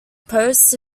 posts